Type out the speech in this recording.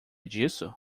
disso